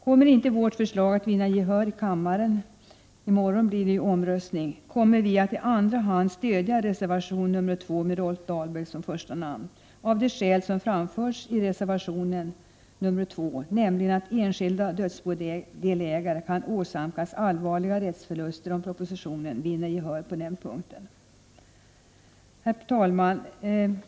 Kommer inte vårt förslag att vinna gehör i kammaren — i morgon blir det omröstning — tänker vi i andra hand stödja reservation nr 2 med Rolf Dahlberg som första namn. Skälen till detta är de som framförts i reservationen, nämligen att enskilda dödsbodelägare kan åsamkas allvarliga rättsförluster om propositionen vinner gehör på den punkten. Herr talman!